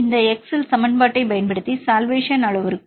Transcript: இந்த x இல் சமன்பாட்டைப் பயன்படுத்தி சல்வேஷன் அளவுருக்கள்